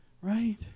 right